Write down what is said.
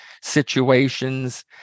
situations